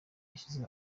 yashize